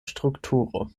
strukturo